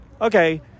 okay